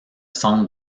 centre